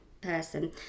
person